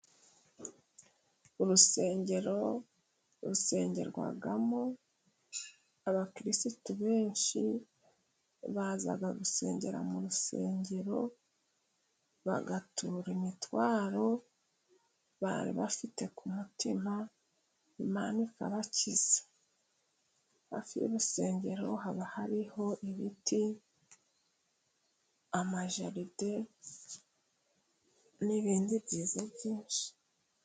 Urusengero rusengerwamo， abakirisitu benshi baza gusengera mu rusengero， bagatura imitwaro bari bafite ku mutima，Imana ikabakiza. Hafi y'urusengero haba hariho ibiti， amajaride n'ibindi byiza byinshi.